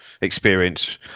experience